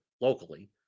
locally